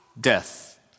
death